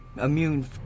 immune